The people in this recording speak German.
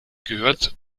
gehört